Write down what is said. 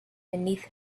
beneath